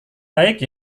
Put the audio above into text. baik